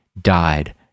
died